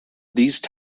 these